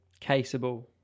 caseable